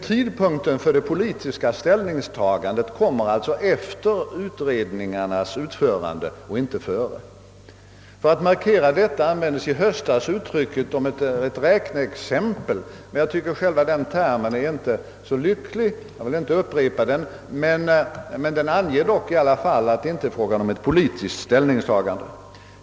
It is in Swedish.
Tidpunkten för det politiska ställningstagandet kommer alltså efter utredningarnas utförande och inte före. För att markera detta användes i höstas uttrycket »ett räkneexempel»; jag tycker inte att denna term är så lyckad och vill inte upprepa den, men den anger i alla fall att det inte är fråga om ett politiskt ställningstågande.